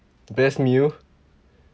best meal